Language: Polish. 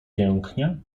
pięknie